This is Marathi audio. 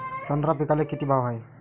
संत्रा पिकाले किती भाव हाये?